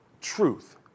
Truth